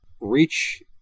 reach